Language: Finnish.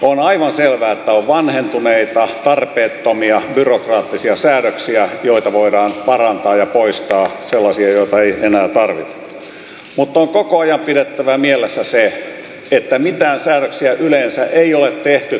on aivan selvää että on vanhentuneita tarpeettomia byrokraattisia säädöksiä joita voidaan parantaa ja poistaa sellaisia joita ei enää tarvita mutta on koko ajan pidettävä mielessä se että mitään säädöksiä yleensä ei ole tehty turhaan